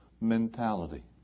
mentality